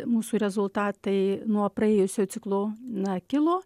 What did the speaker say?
mūsų rezultatai nuo praėjusio ciklo na kilo